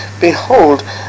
behold